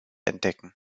entdecken